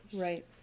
Right